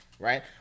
Right